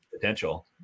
potential